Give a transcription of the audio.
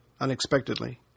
unexpectedly